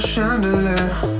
Chandelier